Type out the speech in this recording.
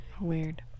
Weird